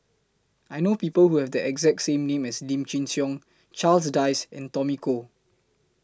I know People Who Have The exact same name as Lim Chin Siong Charles Dyce and Tommy Koh